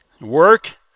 Work